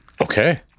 Okay